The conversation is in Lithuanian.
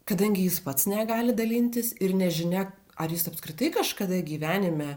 kadangi jis pats negali dalintis ir nežinia ar jis apskritai kažkada gyvenime